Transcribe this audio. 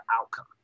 outcome